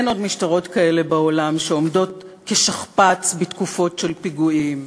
אין עוד משטרות כאלה בעולם שעומדות כשכפ"ץ בתקופות של פיגועים,